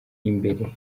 imbere